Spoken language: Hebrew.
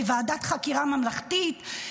בוועדת חקירה ממלכתית,